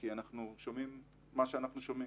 כי אנחנו שומעים מה שאנחנו שומעים.